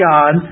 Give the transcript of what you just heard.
God